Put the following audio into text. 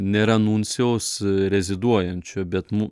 nėra nuncijaus reziduojančio bet mu